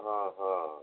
ହଁ ହଁ